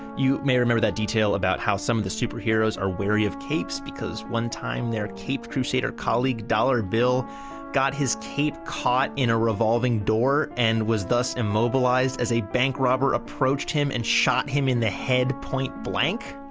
you may remember that detail about how some of the superheroes are weary of capes because one time their caped crusader colleague dollar bill got his cape caught in a revolving door and was thus immobilized as a bank robber approached him and shot him in the head point blank.